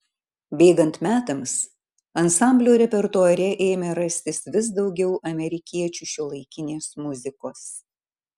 bėgant metams ansamblio repertuare ėmė rastis vis daugiau amerikiečių šiuolaikinės muzikos